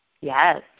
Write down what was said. Yes